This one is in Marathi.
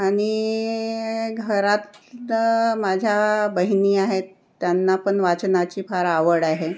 आणि घरात माझ्या बहिणी आहेत त्यांना पण वाचनाची फार आवड आहे